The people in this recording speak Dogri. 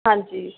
आं जी